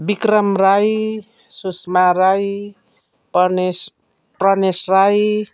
Vikram Rai Sushma Rai Parnesh Pranesh Rai